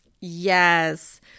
Yes